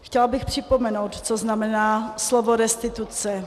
Chtěla bych připomenout, co znamená slovo restituce.